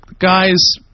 Guys